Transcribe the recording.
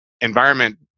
environment